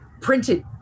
printed